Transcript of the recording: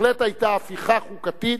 בהחלט היתה הפיכה חוקתית,